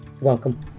welcome